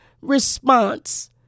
response